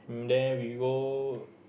then we go